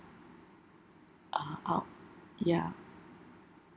uh oh ya